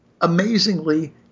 amazingly